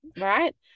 right